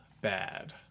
bad